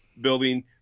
building